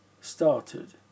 started